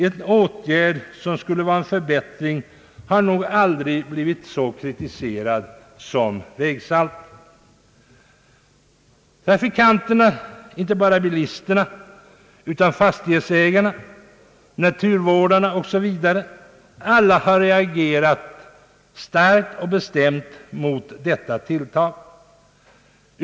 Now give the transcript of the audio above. En åtgärd som skulle innebära en förbättring har nog aldrig blivit så hårt kritiserad som införandet av vägsaltet. Inte bara trafikanterna utan även fastighetsägarna, naturvårdarna m.fl. har reagerat starkt och bestämt mot detta tilltag.